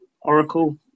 Oracle